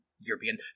European